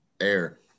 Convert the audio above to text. air